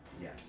Yes